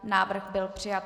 Návrh byl přijat.